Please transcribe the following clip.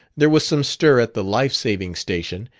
there was some stir at the life-saving station,